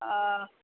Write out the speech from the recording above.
অ